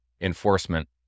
enforcement